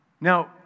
Now